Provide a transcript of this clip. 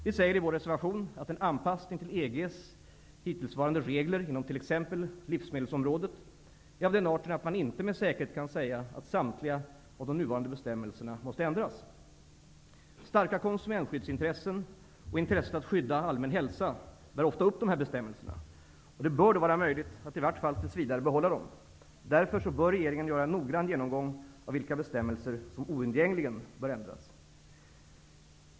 Vi säger i vår reservation att en anpassning till EG:s hittillsvarande regler inom t.ex. livsmedelsområdet är av den arten att man inte med säkerhet kan säga att samtliga av de nuvarande bestämmelserna måste ändras. Starka konsumentskyddsintressen och intresset att skydda allmän hälsa bär ofta upp dessa bestämmelser, och det bör då vara möjligt att, i vart fall tills vidare, behålla dem. Därför bör regeringen göra en noggrann genomgång av vilka bestämmelser som oundgängligen bör ändras.